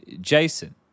Jason